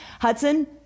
Hudson